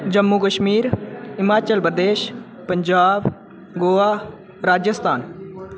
Jammu Kashmir Himachal Pradesh Punjab Goa Rajasthan